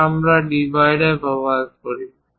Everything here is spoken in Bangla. তাই আমরা ডিভাইডার ব্যবহার করি